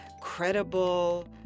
credible